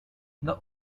the